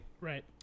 Right